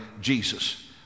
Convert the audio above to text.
Jesus